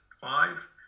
five